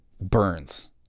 burns